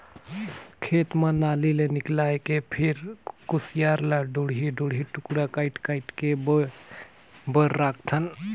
खेत म नाली ले निकायल के फिर खुसियार ल दूढ़ी दूढ़ी टुकड़ा कायट कायट के बोए बर राखथन